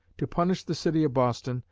to punish the city of boston,